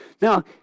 now